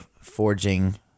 forging